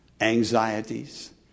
anxieties